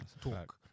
talk